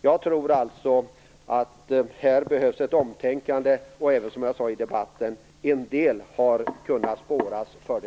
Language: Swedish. Jag tror alltså att det här behövs ett omtänkande.